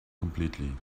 completely